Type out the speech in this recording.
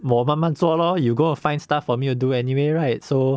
我慢慢做 lor you go find stuff for me to do anyway right so